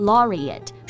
Laureate